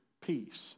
peace